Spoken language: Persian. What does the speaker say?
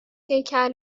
هیکل